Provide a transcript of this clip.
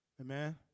Amen